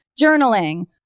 journaling